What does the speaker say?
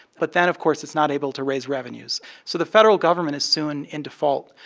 but then, of course, it's not able to raise revenues so the federal government is soon in default.